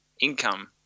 income